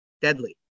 deadly